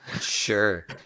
Sure